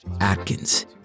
Atkins